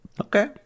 Okay